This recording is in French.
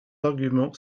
argument